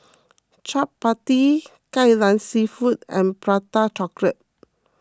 Chappati Kai Lan Seafood and Prata Chocolate